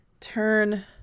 turn